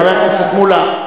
חבר הכנסת מולה,